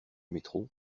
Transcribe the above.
métro